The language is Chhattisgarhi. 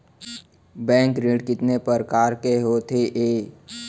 बैंक ऋण कितने परकार के होथे ए?